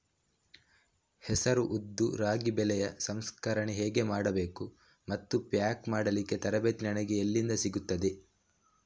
ಹೆಸರು, ಉದ್ದು, ರಾಗಿ ಬೆಳೆಯ ಸಂಸ್ಕರಣೆ ಹೇಗೆ ಮಾಡಬೇಕು ಮತ್ತು ಪ್ಯಾಕ್ ಮಾಡಲಿಕ್ಕೆ ತರಬೇತಿ ನನಗೆ ಎಲ್ಲಿಂದ ಸಿಗುತ್ತದೆ?